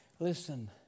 Listen